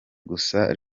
gusa